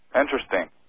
Interesting